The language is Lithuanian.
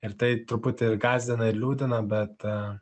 ir tai truputį ir gąsdina ir liūdina bet